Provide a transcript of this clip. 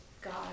God